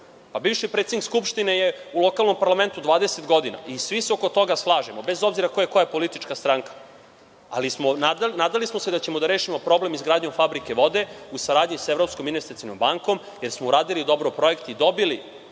Pa, bivši predsednik Skupštine je u lokalnom parlamentu 20 godina i svi se oko toga slažemo bez obzira ko je koja politička stranka, ali smo se nadali da ćemo da rešimo problem izgradnjom fabrike vode u saradnji sa Evropskom investicionom bankom, jer smo uradili dobro projekte i dobili